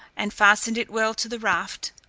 and fastened it well to the raft,